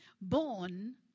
born